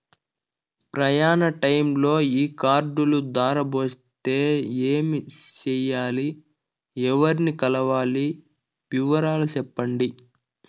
ప్రయాణ టైములో ఈ కార్డులు దారబోతే ఏమి సెయ్యాలి? ఎవర్ని కలవాలి? వివరాలు సెప్పండి?